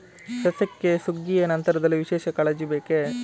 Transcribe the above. ಸಸ್ಯಕ್ಕೆ ಸುಗ್ಗಿಯ ನಂತರದಲ್ಲಿ ವಿಶೇಷ ಕಾಳಜಿ ಬೇಕೇ?